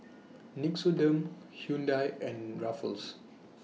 Nixoderm Hyundai and Ruffles